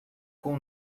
com